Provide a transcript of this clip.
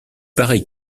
paraît